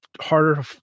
harder